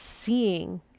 seeing